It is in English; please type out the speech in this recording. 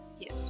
Yes